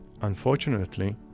Unfortunately